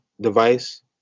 device